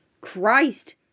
Christ